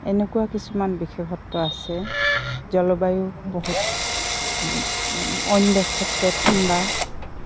এনেকুৱা কিছুমান বিশেষত্ব আছে জলবায়ু বহুত অইন দেশতকৈ ঠাণ্ডা